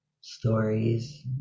stories